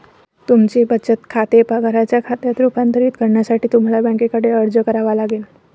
तुमचे बचत खाते पगाराच्या खात्यात रूपांतरित करण्यासाठी तुम्हाला बँकेकडे अर्ज करावा लागेल